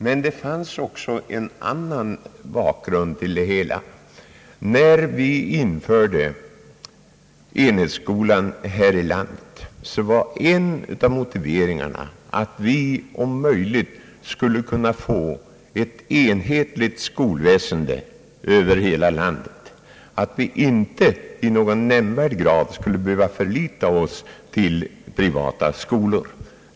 Men det fanns också en annan bakgrund, När vi införde enhetsskolan här i landet var en av motiveringarna, att vi så långt som möjligt skulle få ett enhetligt skolväsende över hela landet och att vi inte i någon nämnvärd grad skulle behöva lita till privata skolor.